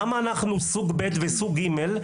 למה אנחנו סוג ב' וסוג ג'?